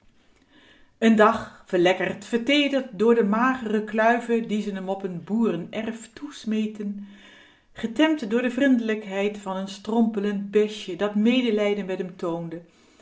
een dag verlekkerd verteederd door de magere kluiven die ze m op n boerenerf toesmeten getemd door de vrindelijkheid van n strompelend besje dat medelijden met m toonde